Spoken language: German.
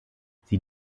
sie